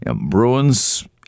Bruins